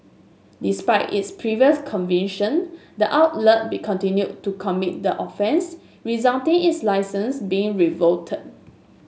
despite its previous conviction the outlet be continued to commit the offence resulting in its licence being revoked